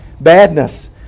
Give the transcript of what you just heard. badness